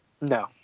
No